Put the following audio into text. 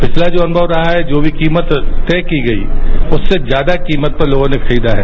पिछला जो अनुमव रहा है जो कीमत तय की गई है उससे ज्यादा कीमत पर लोगों ने खरीदा है